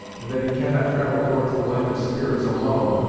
and that he cannot travel towards the land of spirits alone,